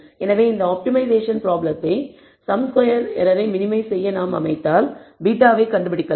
எனவே இந்த ஆப்டிமைஷேசன் ப்ராப்ளத்தை சம் ஸ்கொயர் எரரை மினிமைஸ் செய்ய நாம் அமைத்தால் β வை கண்டுபிடிக்கலாம்